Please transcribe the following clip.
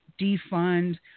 defund